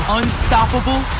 unstoppable